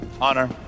honor